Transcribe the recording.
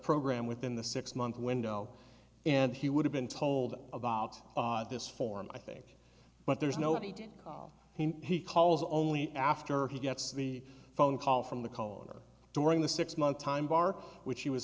program within the six month window and he would have been told about this form i think but there's no he did he he calls only after he gets the phone call from the caller during the six month time bar which he was